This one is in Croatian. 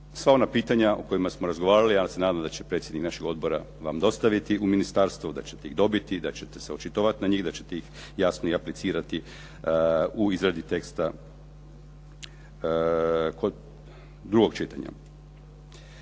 Sva ona pitanja o kojima smo razgovarali, ja se nadam da će predsjednik našeg odbora vam dostaviti u ministarstvo, da ćete ih dobiti, da ćete se očitovati na njih, da ćete ih jasno i aplicirati u izradi teksta kod drugog čitanja.